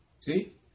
see